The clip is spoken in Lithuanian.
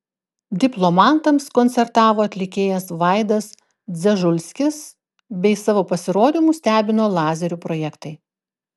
diplomantams koncertavo atlikėjas vaidas dzežulskis bei savo pasirodymu stebino lazerių projektai